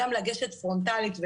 לגשת פרונטאלית.